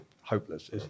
hopeless